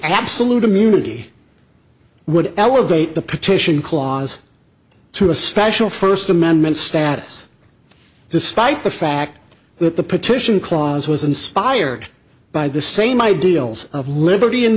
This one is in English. absolute immunity would elevate the petition clause to a special first amendment status despite the fact that the petition clause was inspired by the same ideals of liberty and